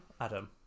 Adam